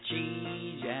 Cheese